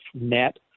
net